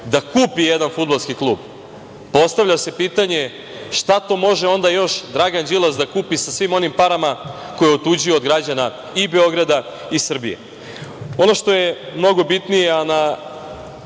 da kupi jedan fudbalski klub, postavlja se pitanje – šta to može onda još Dragan Đilas da kupi sa svim onim parama koje je otuđio od građana i Beograda i Srbije? Ono što je mnogo bitnije, a